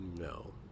No